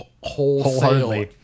wholesale